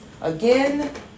Again